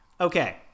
Okay